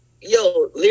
Yo